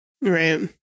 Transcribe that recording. Right